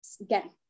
again